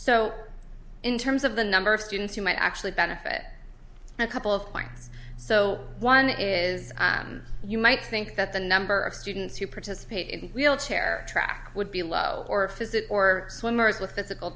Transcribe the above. so in terms of the number of students who might actually benefit a couple of points so one is you might think that the number of students who participate in wheelchair track would be low or physics or swimmers with physical